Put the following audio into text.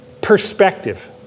Perspective